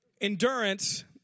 endurance